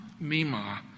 Mima